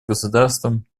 государством